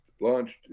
launched